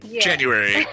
January